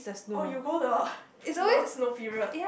oh you go the non snow period